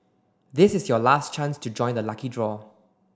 this is your last chance to join the lucky draw